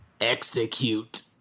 execute